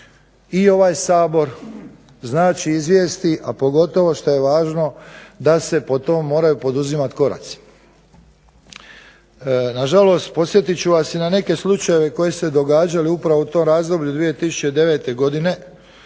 i ovaj Sabor izvijesti, a pogotovo što je važno da se po tome moraju poduzimati koraci. Nažalost, podsjetit ću vas i na neke slučajeve koji su se događali upravo u tom razdoblju 2009. godine.